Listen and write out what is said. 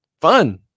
fun